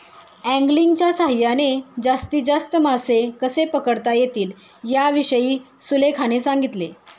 अँगलिंगच्या सहाय्याने जास्तीत जास्त मासे कसे पकडता येतील याविषयी सुलेखाने सांगितले